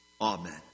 Amen